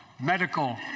medical